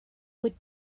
would